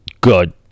good